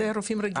זה רופאים רגילים.